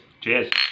Cheers